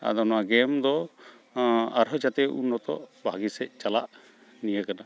ᱟᱫᱚ ᱱᱚᱣᱟ ᱜᱮᱢᱫᱚ ᱟᱨᱦᱚᱸ ᱡᱟᱛᱮ ᱩᱱᱱᱚᱛᱚᱜ ᱵᱷᱟᱹᱜᱤᱥᱮᱫ ᱪᱟᱞᱟᱜ ᱱᱤᱭᱟᱹᱠᱟᱱᱟ